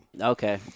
okay